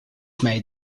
made